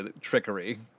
trickery